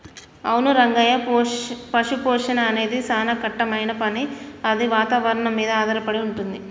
అవును రంగయ్య పశుపోషణ అనేది సానా కట్టమైన పని అది వాతావరణం మీద ఆధారపడి వుంటుంది